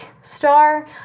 star